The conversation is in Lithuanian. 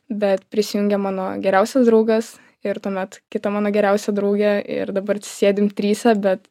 bet prisijungė mano geriausias draugas ir tuomet kita mano geriausia draugė ir dabar sėdim trise bet